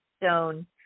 stone